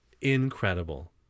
Incredible